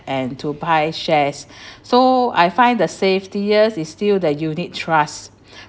and to buy shares so I find the safetiest is still the unit trust